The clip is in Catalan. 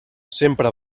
sempre